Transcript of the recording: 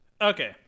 Okay